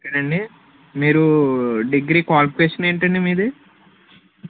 okay అండి మీరు degree qualification ఏంటి అండి మీది